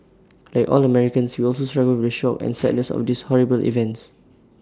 like all Americans we also struggle with shock and sadness of these horrible events